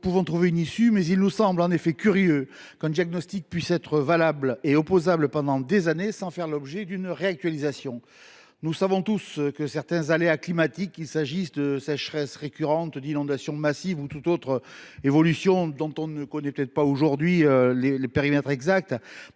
nous pouvons trouver une issue. Mais il nous semble curieux qu’un diagnostic puisse être valable et opposable pendant des années sans faire l’objet d’une réactualisation. Nous savons tous que certains aléas climatiques, qu’il s’agisse de sécheresses récurrentes, d’inondations massives ou d’autres évolutions dont on ne connaît peut être pas aujourd’hui les périmètres exacts,